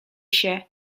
się